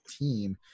team